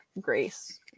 grace